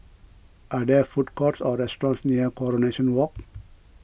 are there food courts or restaurants near Coronation Walk